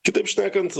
kitaip šnekant